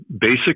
basic